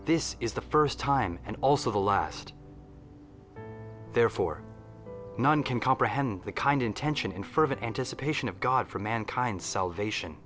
this is the first time and also the last therefore no one can comprehend the kind intention in fervent anticipation of god for mankind salvation